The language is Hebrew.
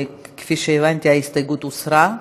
כפי שהבנתי, ההסתייגות הוסרה.